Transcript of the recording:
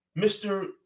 Mr